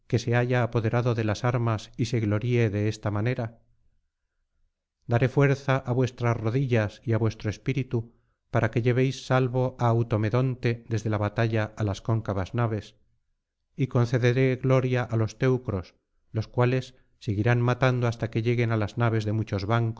se haya apoderado de las armas y se gloríe de esta manera daré fuerza á vuestras rodillas y á vuestro espíritu para que llevéis salvo á automedonte desde la batalla á las cóncavas naves y concederé gloria á los teneros los cuales seguirán matando hasta que lleguen á las naves de muchos